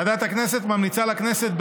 ועדת הכנסת ממליצה לכנסת,